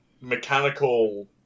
mechanical